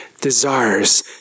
desires